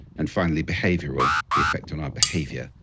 and finally, behavioral, the effect on our behavior,